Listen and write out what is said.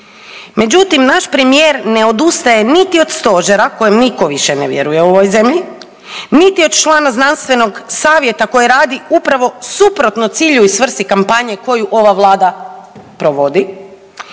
Međutim, naš premijer ne odustaje niti od Stožera kojem nitko više ne vjeruje u ovoj zemlji, niti od člana Znanstvenog savjeta koji radi upravo suprotno cilju i svrsi kampanje koju ova Vlada provodi.